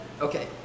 okay